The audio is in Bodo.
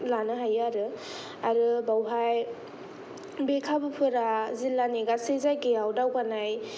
लानो हायो आरो आरो बावहाय बे खाबु फोरा जिल्लानि गासै जायगायाव दावगानाय